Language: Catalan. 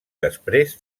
després